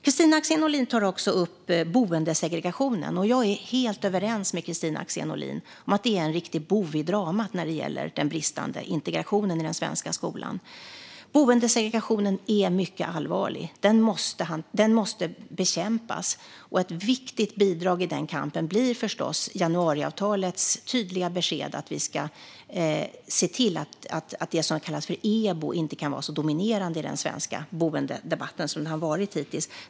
Kristina Axén Olin tar också upp boendesegregationen. Jag är helt överens med Kristina Axén Olin om att det är en riktig bov i dramat när det gäller den bristande integrationen i den svenska skolan. Boendesegregationen är mycket allvarlig. Den måste bekämpas. Ett viktigt bidrag i den kampen blir förstås januariavtalets tydliga besked att vi ska se till att det som kallas för EBO inte kan vara så dominerande i den svenska boendedebatten som det har varit hittills.